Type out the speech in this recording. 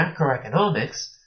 macroeconomics